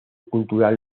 cultural